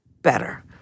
better